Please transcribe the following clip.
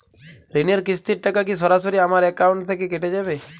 ঋণের কিস্তির টাকা কি সরাসরি আমার অ্যাকাউন্ট থেকে কেটে যাবে?